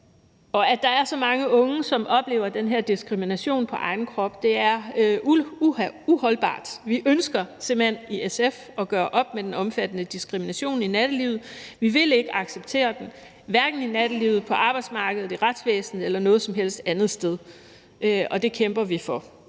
Og at der er så mange unge, som oplever den her diskrimination på egen krop, er uholdbart. Vi ønsker i SF simpelt hen at gøre op med den omfattende diskrimination i nattelivet. Vi vil ikke acceptere den, hverken i nattelivet, på arbejdsmarkedet, i retsvæsenet eller noget som helst andet sted. Det kæmper vi for,